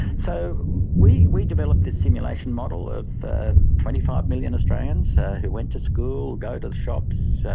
so we we developed this simulation model of twenty five million australians who went to school, go to the shops,